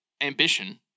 ambition